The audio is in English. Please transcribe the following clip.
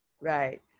Right